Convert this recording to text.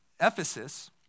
Ephesus